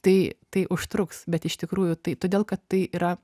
tai tai užtruks bet iš tikrųjų tai todėl kad tai yra